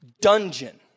dungeon